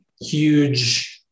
huge